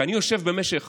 כי אני יושב במשך